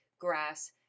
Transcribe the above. grass